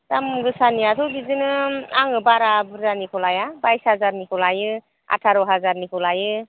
दाम गोसानियाथ' बिदिनो आङो बारा बुरजानिखौ लाया बाइस हाजारनिखौ लायो आथार' हाजारनिखौ लायो